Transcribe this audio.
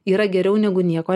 yra geriau negu nieko